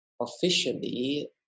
officially